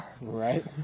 right